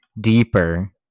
deeper